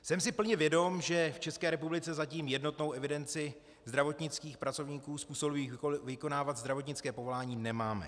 Jsem si plně vědom, že v České republice zatím jednotnou evidenci zdravotnických pracovníků způsobilých vykonávat zdravotnické povolání nemáme.